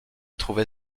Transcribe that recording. trouver